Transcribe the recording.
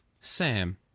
Sam